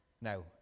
now